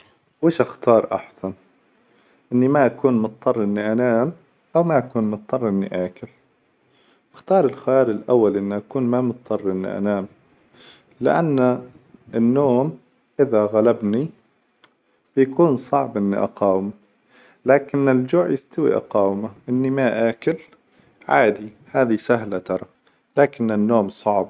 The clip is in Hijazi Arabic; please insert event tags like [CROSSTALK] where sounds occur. وش اختار أحسن، إني ما أكون مظطر إني أنام أو ما أكون مظطر إني آكل؟ اختار الخيار الأول، إني أكون ما مظطر إني أنام لأن النوم إذا غلبني [HESITATION] بيكون صعب إني أقاومه لكن الجوع يستوي أقاومه، إني ما آكل عادي هذي سهلة ترى لكن النوم صعب.